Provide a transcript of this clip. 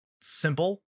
simple